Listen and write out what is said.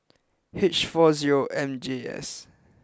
H four zero M J S